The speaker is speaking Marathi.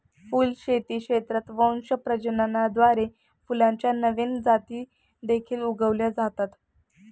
फुलशेती क्षेत्रात वंश प्रजननाद्वारे फुलांच्या नवीन जाती देखील उगवल्या जातात